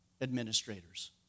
administrators